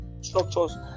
structures